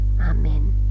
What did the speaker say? Amen